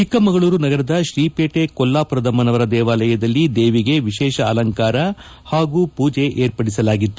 ಚಿಕ್ಕಮಗಳೂರು ನಗರದ ಶ್ರೀ ವೇಟೆ ಕೊಲ್ಲಾಪುರದಮ್ಮನವರ ದೇವಾಲಯದಲ್ಲಿ ದೇವಿಗೆ ವಿಶೇಷ ಅಲಂಕಾರ ಹಾಗೂ ಪೂಜೆ ಏರ್ಪಡಿಸಲಾಗಿತ್ತು